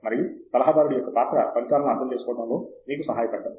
మరియు సలహాదారుడి యొక్క పాత్ర ఫలితాలను అర్థం చేసుకోవడంలో మీకు సహాయపడటం